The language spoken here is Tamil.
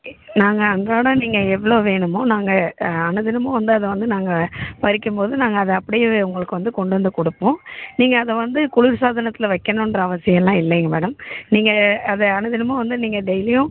நாங்கள் அன்றாடம் நீங்கள் எவ்வளோ வேணுமோ நாங்கள் அனுதினமும் வந்து அதை வந்து நாங்கள் பறிக்கும்போது நாங்கள் அதை அப்படியே உங்களுக்கு வந்து கொண்டு வந்து கொடுப்போம் நீங்கள் அதை வந்து குளிர்சாதனத்தில் வைக்கணுன்ற அவசியம்லாம் இல்லைங்க மேடம் நீங்கள் அதை அனுதினமும் வந்து நீங்கள் டெய்லியும்